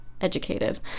educated